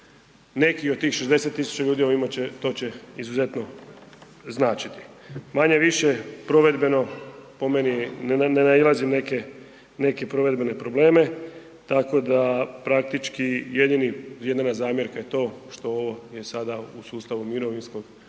Neki od tih 60 000 ovime će, to će izuzetno značiti. Manje-više provedbeno po meni ne, ne nailazi na neke, neki provedbene probleme, tako da praktički jedini, jedina zamjerka je to što je sada u sustavu mirovinskog, a